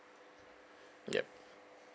yup